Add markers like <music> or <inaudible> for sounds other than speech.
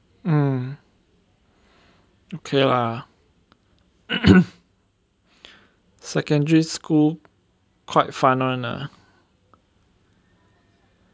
mm okay lah <coughs> secondary school quite fun [one] lah